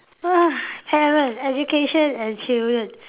parent education and children